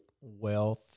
wealth